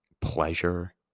pleasure